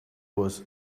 was